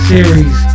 Series